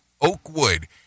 Oakwood